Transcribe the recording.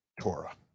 Torah